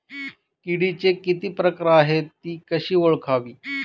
किडीचे किती प्रकार आहेत? ति कशी ओळखावी?